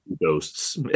ghosts